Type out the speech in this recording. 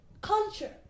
culture